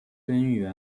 贞元